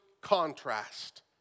contrast